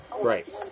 Right